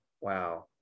Wow